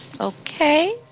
okay